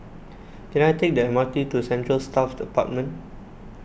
can I take the M R T to Central Staff Apartment